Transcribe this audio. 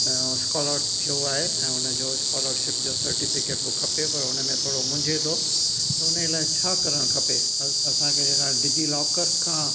scholar थियो आहे ऐं हुनजो स्कॉलरशिप जो सर्टीफिकेट बि पर हुन में थोरो मुंझे थो त हुन लाइ छा करणु खपे अ असांखे जे का डिजीलॉकर खां